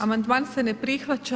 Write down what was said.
Amandman se ne prihvaća.